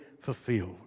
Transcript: fulfilled